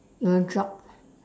you'll drop